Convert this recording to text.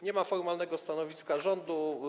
Nie ma formalnego stanowiska rządu.